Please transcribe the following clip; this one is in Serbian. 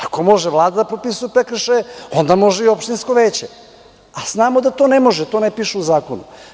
Ako može Vlada da propisuje prekršaje, onda može i opštinsko veće, a znamo da to ne može, to ne piše u zakonu.